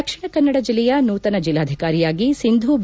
ದಕ್ಷಿಣ ಕನ್ನಡ ಜಿಲ್ಲೆಯ ನೂತನ ಜಿಲ್ಲಾಧಿಕಾರಿಯಾಗಿ ಸಿಂಧು ಬಿ